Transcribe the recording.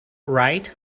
right